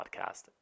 podcast